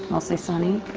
mostly sunny